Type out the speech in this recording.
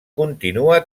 continua